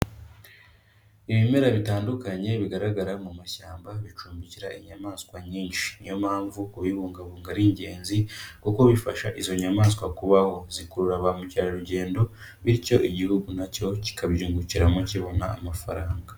Ibimera bitandukanye bigaragara mu mashyamba bicumbikira inyamaswa nyinshi. Ni yo mpamvu kubibungabunga ari ingenzi, kuko bifasha izo nyamaswa kubaho. Zikurura ba mukerarugendo bityo Igihugu na cyo kikabyungukiramo kibona amafaranga.